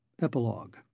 Epilogue